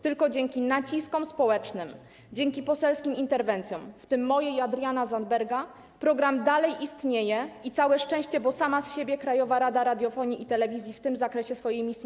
Tylko dzięki naciskom społecznym, dzięki poselskim interwencjom, w tym mojej i Adriana Zandberga, program dalej istnieje, i całe szczęście, bo sama z siebie Krajowa Rada Radiofonii i Telewizji nie realizuje w tym zakresie swojej misji.